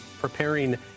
preparing